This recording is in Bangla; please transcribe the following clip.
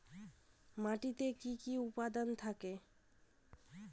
মাটিতে কি কি উপাদান থাকে?